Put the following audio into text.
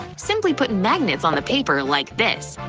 simply put magnets on the paper like this.